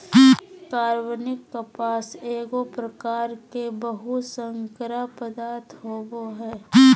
कार्बनिक कपास एगो प्रकार के बहुशर्करा पदार्थ होबो हइ